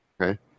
Okay